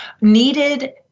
needed